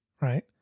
right